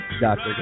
doctor